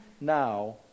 now